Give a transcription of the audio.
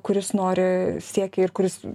kuris nori siekia ir kuris